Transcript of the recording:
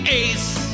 ace